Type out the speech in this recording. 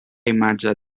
imatge